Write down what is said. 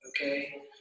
okay